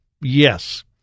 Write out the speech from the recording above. Yes